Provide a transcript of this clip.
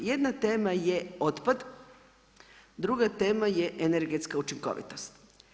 Jedna tema je otpad, druga tema je energetska učinkovitost.